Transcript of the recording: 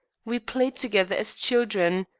we played together as children.